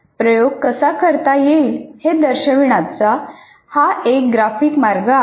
प्रयोग कसा करता येईल हे दर्शविण्याचा हा एक ग्राफिक मार्ग आहे